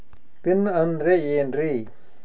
Pin ಅಂದ್ರೆ ಏನ್ರಿ?